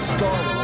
Star